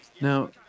Now